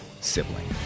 sibling